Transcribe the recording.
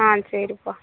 ஆ சரிப்பா